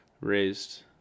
raised